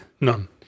None